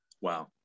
Wow